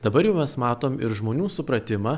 dabar jau mes matom ir žmonių supratimą